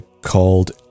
called